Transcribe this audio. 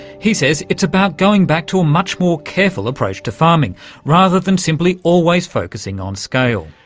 he says it's about going back to much more careful approach to farming rather than simply always focusing on scale.